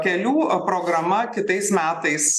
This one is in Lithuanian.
kelių programa kitais metais